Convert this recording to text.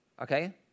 Okay